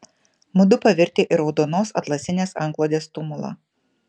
mudu pavirtę į raudonos atlasinės antklodės tumulą